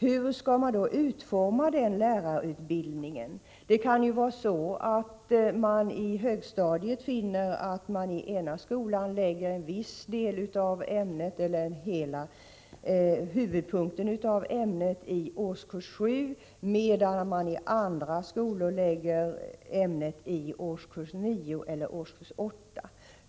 Hur skall man då utforma den lärarutbildningen? Man kanske i en skola lägger en viss del av ämnet eller huvudparten av ämnet i årskurs 7, medan mani andra skolor lägger ämnet i årskurs 9 eller årskurs 8.